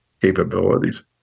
capabilities